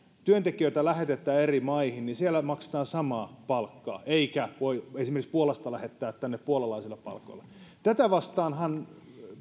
työntekijöitä lähetetään eri maihin niin siellä maksetaan samaa palkkaa eikä voi esimerkiksi puolasta lähettää tänne puolalaisilla palkoilla tätä vastaanhan